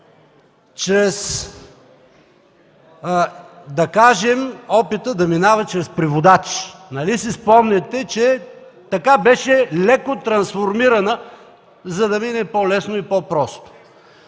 щението, да кажем, да минава чрез преводач. Нали си спомняте, че беше леко трансформирана, за да мине по-лесно и по-просто.